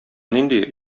нинди